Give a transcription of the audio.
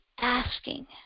asking